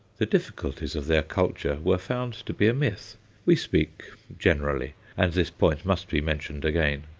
the difficulties of their culture were found to be a myth we speak generally, and this point must be mentioned again.